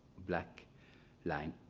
black line.